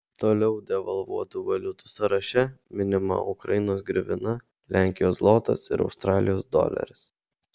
toliau devalvuotų valiutų sąraše minima ukrainos grivina lenkijos zlotas ir australijos doleris